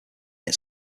its